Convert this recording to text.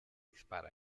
dispara